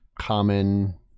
common